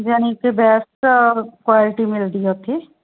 ਜਾਣੀ ਕਿ best quality ਮਿਲਦੀ ਆ ਉੱਥੇ